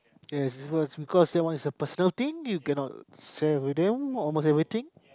yes it was because that one is a personal thing you cannot say with them or most everything